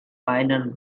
final